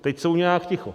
Teď jsou nějak ticho.